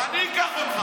אני אקח אותך.